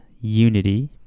unity